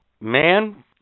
Man